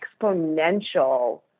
exponential